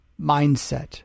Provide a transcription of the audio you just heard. mindset